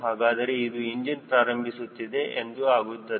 ಹಾಗಾದರೆ ಇದು ಇಂಜಿನ್ ಪ್ರಾರಂಭಿಸುತ್ತಿದೆ ಎಂದು ಆಗುತ್ತದೆ